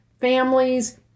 families